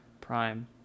prime